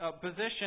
position